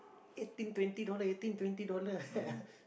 eighteen twenty dollar eighteen twenty dollar